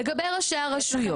לגבי ראשי הרשויות,